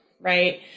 right